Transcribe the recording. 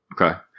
Okay